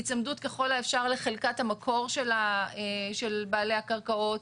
היצמדות ככל האפשר לחלקת המקור של בעלי הקרקעות,